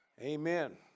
Amen